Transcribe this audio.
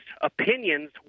opinions